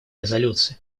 резолюции